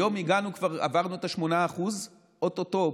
היום עברנו כבר את ה-8% ואו-טו-טו,